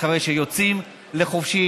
אחרי שהם יוצאים לחופשי.